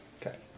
Okay